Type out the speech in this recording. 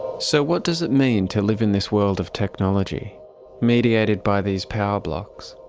so what does it mean to live in this world of technology mediated by these power blocs,